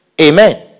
Amen